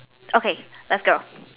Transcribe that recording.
okay let's go